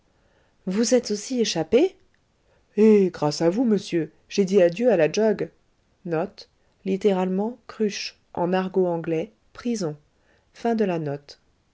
vous êtes aussi échappé eh grâce à vous monsieur j'ai dit adieu à la jug